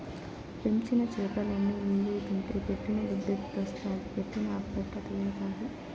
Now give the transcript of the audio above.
పెంచిన చేపలన్ని నీవే తింటే పెట్టిన దుద్దెట్టొస్తాది పెట్టిన అప్పెట్ట తీరతాది